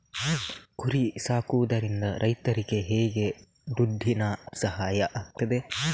ಕುರಿ ಸಾಕುವುದರಿಂದ ರೈತರಿಗೆ ಹೇಗೆ ದುಡ್ಡಿನ ಸಹಾಯ ಆಗ್ತದೆ?